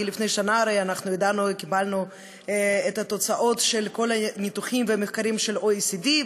כי לפני שנה הרי קיבלנו את התוצאות של כל הניתוחים והמחקרים של ה-OECD,